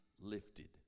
Lifted